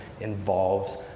involves